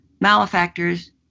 malefactors